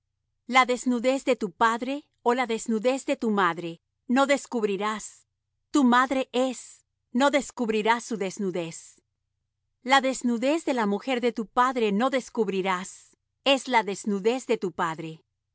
la desnudez de tu padre ó la desnudez de tu madre no descubrirás tu madre es no descubrirás su desnudez la desnudez de la mujer de tu padre no descubrirás es la desnudez de tu padre